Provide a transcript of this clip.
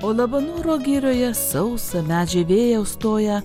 o labanoro girioje sausą medžiai vėją užstoja